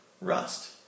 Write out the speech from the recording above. rust